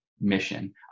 mission